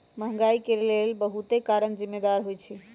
महंगाई के लेल बहुते कारन जिम्मेदार होइ छइ